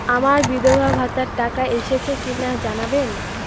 আমার বিধবাভাতার টাকা এসেছে কিনা জানাবেন?